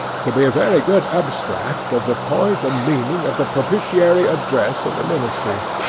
to be a very good abstract of the point and meaning of the propitiatory address of the ministry.